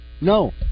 no